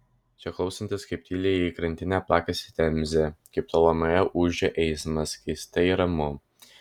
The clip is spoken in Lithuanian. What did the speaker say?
čia klausantis kaip tyliai į krantinę plakasi temzė kaip tolumoje ūžia eismas keistai ramu